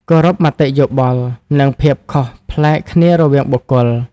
គោរពមតិយោបល់ និងភាពខុសប្លែកគ្នារវាងបុគ្គល។